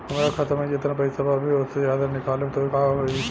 हमरा खाता मे जेतना पईसा बा अभीओसे ज्यादा निकालेम त का होई?